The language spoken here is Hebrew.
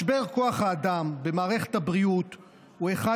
משבר כוח האדם במערכת הבריאות הוא אחד